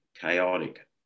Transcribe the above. chaotic